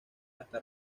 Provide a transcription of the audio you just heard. hasta